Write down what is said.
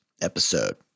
episode